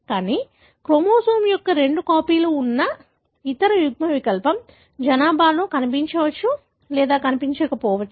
కానీ క్రోమోజోమ్ యొక్క రెండు కాపీలు ఉన్న ఇతర యుగ్మవికల్పం జనాభాలో కనిపించవచ్చు లేదా కనిపించకపోవచ్చు